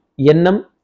Yenam